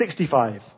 65